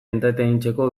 entretenitzeko